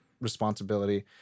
responsibility